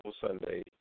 Sunday